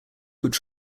which